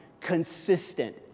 consistent